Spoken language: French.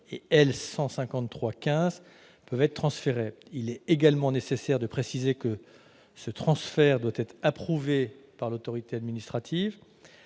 et L. 153-15, peuvent être transférées. Il est également nécessaire de préciser que ce transfert doit être approuvé par l'autorité administrative.